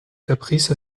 caprice